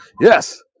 Yes